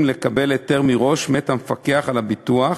לקבל היתר מראש מאת המפקח על הביטוח,